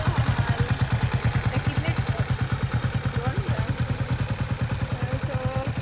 कितलो हा म्हाल ते कितले दोन टन सो